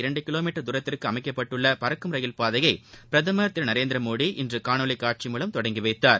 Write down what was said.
இரண்டு kilo metre தூரத்திற்கு அமைக்கப்பட்டுள்ள பறக்கும் ரயில் பாதையை பிரதமர் திரு நரேந்திரமோடி இன்று காணொலி காட்சி மூலம் தொடங்கி வைத்தார்